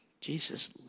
Jesus